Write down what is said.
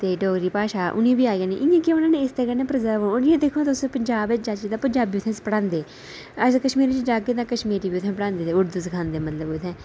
ते डोगरी भाशा उनें गी बी आई जानी ते इ'यां गै प्रजर्व होनी ओह् दिक्खो आं पंजाब च पंजाबी गै पढ़ांदे तां कशमीर च जाओ कशमीरी गै पढ़ांदे ते उर्दू सखांदे मतलब उत्थै